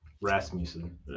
Rasmussen